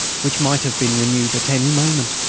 which might have been renewed at any moment!